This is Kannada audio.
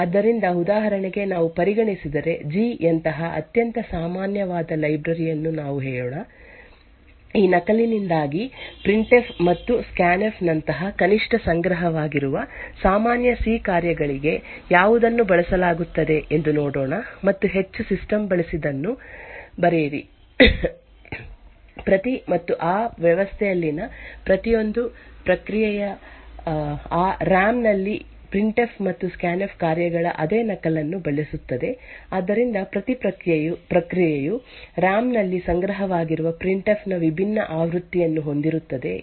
ಆದ್ದರಿಂದ ಉದಾಹರಣೆಗೆ ನೀವು ಪರಿಗಣಿಸಿದರೆ ಜಿ ಯಂತಹ ಅತ್ಯಂತ ಸಾಮಾನ್ಯವಾದ ಲೈಬ್ರರಿ ಯನ್ನು ನಾವು ಹೇಳೋಣ ಈ ನಕಲಿನಿಂದಾಗಿ ಪ್ರಿಂಟೆಫ್ ಮತ್ತು ಸ್ಕ್ಯಾನೆಫ್ ನಂತಹ ಕನಿಷ್ಠ ಸಂಗ್ರಹವಾಗಿರುವ ಸಾಮಾನ್ಯ C ಕಾರ್ಯಗಳಿಗೆ ಯಾವುದನ್ನು ಬಳಸಲಾಗುತ್ತದೆ ಎಂದು ನೋಡೋಣ ಮತ್ತು ಹೆಚ್ಚು ಸಿಸ್ಟಮ್ ಬಳಸಿದದನ್ನು ಬರೆಯಿರಿ ಪ್ರತಿ ಮತ್ತು ಆ ವ್ಯವಸ್ಥೆಯಲ್ಲಿನ ಪ್ರತಿಯೊಂದು ಪ್ರಕ್ರಿಯೆಯು ಆರ್ ಎಎಂ ನಲ್ಲಿ ಇರುವ ಪ್ರಿಂಟೆಫ್ ಮತ್ತು ಸ್ಕ್ಯಾನೆಫ್ ಕಾರ್ಯಗಳ ಅದೇ ನಕಲನ್ನು ಬಳಸುತ್ತದೆ ಆದ್ದರಿಂದ ಪ್ರತಿ ಪ್ರಕ್ರಿಯೆಯು ಆರ್ ಎಎಂ ನಲ್ಲಿ ಸಂಗ್ರಹವಾಗಿರುವ ಪ್ರಿಂಟೆಫ್ ನ ವಿಭಿನ್ನ ಆವೃತ್ತಿಯನ್ನು ಹೊಂದಿರುತ್ತದೆ ಎಂದು ಅದು ಮಾಡುವುದಿಲ್ಲ